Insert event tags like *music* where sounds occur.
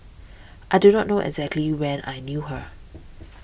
I do not know exactly when I knew her *noise*